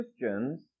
Christians